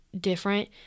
different